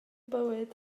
bywyd